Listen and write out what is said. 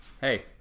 Hey